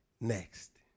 Next